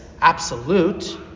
absolute